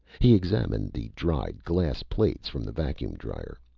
he examined the dried glass plates from the vacuum drier.